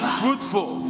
fruitful